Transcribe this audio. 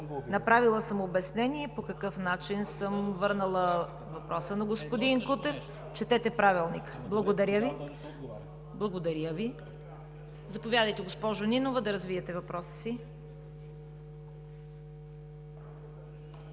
Направила съм обяснение по какъв начин съм върнала въпроса на господин Кутев. Четете Правилника. Благодаря Ви. Заповядайте, госпожо Нинова, да развиете въпроса си.